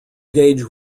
gauge